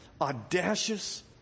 audacious